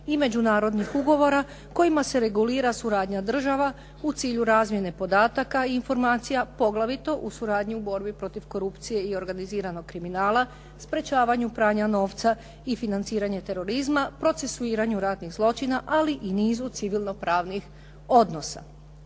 i međunarodnih ugovora kojima se regulira suradnja država u cilju razmjene podataka i informacija poglavito u suradnji borbi protiv korupcije i organiziranog kriminala, sprečavanju pranja novca i financiranju terorizma, procesuiranju ratnih zločina ali i nizu civilno pravnih odnosa.